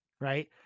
Right